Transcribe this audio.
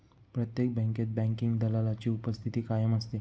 प्रत्येक बँकेत बँकिंग दलालाची उपस्थिती कायम असते